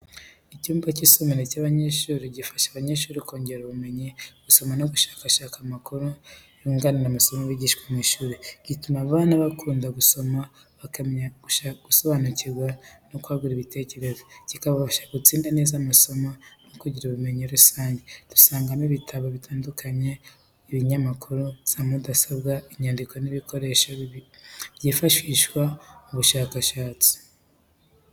Icyumba cy’isomero ry’abanyeshuri gifasha abanyeshuri kongera ubumenyi, gusoma no gushakashaka amakuru yunganira amasomo bigishwa mu ishuri. Gituma abana bakunda gusoma, bakamenya gusobanukirwa no kwagura ibitekerezo, bikabafasha gutsinda neza mu masomo no kugira ubumenyi rusange. Dusangamo ibitabo bitandukanye, ibinyamakuru, za mudasobwa, inyandiko n’ibikoresho byifashishwa mu bushakashatsi.